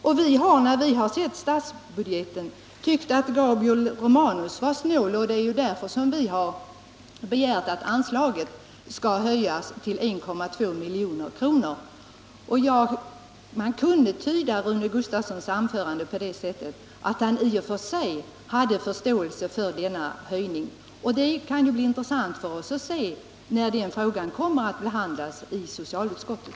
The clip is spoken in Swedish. Och vi har när vi har sett statsbudgeten tyckt att Gabriel Romanus är snål, och det är därför vi har begärt att anslaget skall höjas till 1,2 milj.kr. Man kunde tyda Rune Gustavssons anförande på det sättet, att han i och för sig hade förståelse för denna höjning, och det skall bli intressant för oss att se vad som händer när den frågan kommer att behandlas i socialutskottet.